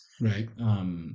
right